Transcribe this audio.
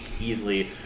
easily